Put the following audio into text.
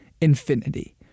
infinity